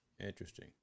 Interesting